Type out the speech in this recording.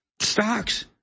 Stocks